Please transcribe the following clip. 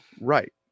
Right